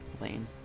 Lane